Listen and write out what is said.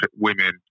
women